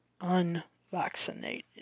unvaccinated